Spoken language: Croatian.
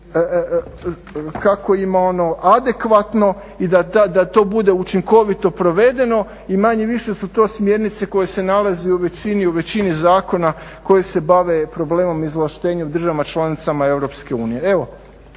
kako ima ono, adekvatno i da to bude učinkovito provedeno i manje-više su to smjernice koje se nalaze u većini zakona koje se bave problemom izvlaštenja u državama članicama EU.